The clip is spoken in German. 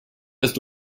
ist